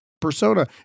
persona